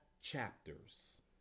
chapters